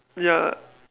ya